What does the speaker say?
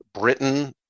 Britain